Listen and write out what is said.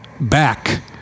back